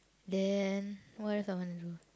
then what else I want do